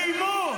מלך ----- איימו,